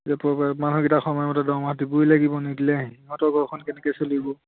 যে ক'ৰপৰা মানুহকেইটাক সময়মতে দৰমহা দিবই লাগিব নিদিলে সিহঁতৰ ঘৰখন কেনেকৈ চলিব